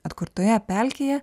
atkurtoje pelkėje